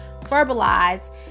verbalize